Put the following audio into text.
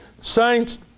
Saints